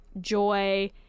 joy